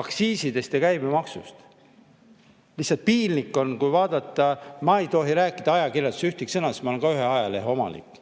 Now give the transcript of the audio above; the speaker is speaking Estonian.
aktsiisidest ja käibemaksust. Lihtsalt piinlik on, kui vaadata. Ma ei tohi rääkida ajakirjandusest ühtegi sõna, sest ma olen ka ühe ajalehe omanik.